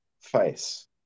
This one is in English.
face